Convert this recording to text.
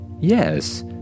Yes